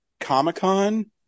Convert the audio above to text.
comic-con